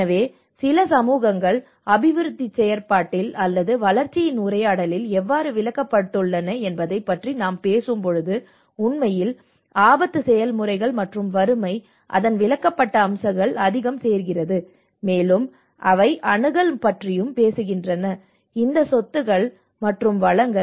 எனவே உண்மையில் சில சமூகங்கள் அபிவிருத்திச் செயற்பாட்டில் அல்லது வளர்ச்சியின் உரையாடலில் எவ்வாறு விலக்கப்பட்டுள்ளன என்பதைப் பற்றி நாம் பேசும்போது உண்மையில் ஆபத்து செயல்முறைகள் மற்றும் வறுமை அதன் விலக்கப்பட்ட அம்சங்களை அதிகம் சேர்க்கிறது மேலும் அவை அணுகல் பற்றியும் பேசுகின்றன இந்த சொத்துக்கள் மற்றும் வளங்கள்